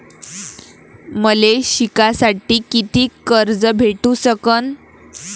मले शिकासाठी कितीक कर्ज भेटू सकन?